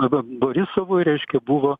va va borisovu reiškia buvo